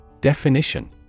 Definition